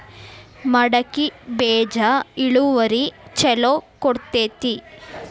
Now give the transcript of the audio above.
ಮಡಕಿ ಬೇಜ ಇಳುವರಿ ಛಲೋ ಕೊಡ್ತೆತಿ?